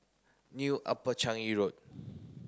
New Upper Changi Road